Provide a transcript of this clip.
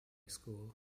school